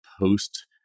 post